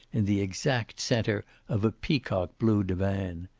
in the exact center of a peacock-blue divan.